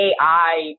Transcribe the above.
AI